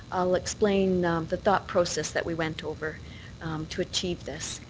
i'll explain the thought process that we went over to achieve this.